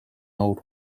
old